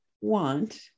want